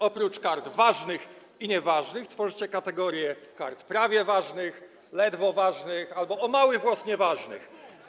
Oprócz kart ważnych i nieważnych tworzycie kategorię kart prawie ważnych, ledwo ważnych albo o mały włos nieważnych.